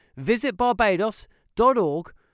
visitbarbados.org